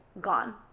gone